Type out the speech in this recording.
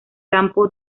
campo